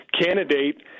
candidate